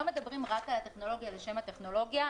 מדברים רק על הטכנולוגיה לשם הטכנולוגיה,